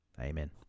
Amen